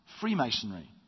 Freemasonry